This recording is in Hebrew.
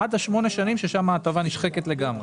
עד שמונה שנים, אז ההטבה נשחקת לגמרי.